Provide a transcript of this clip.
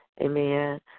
amen